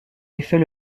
défait